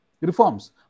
Reforms